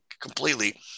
completely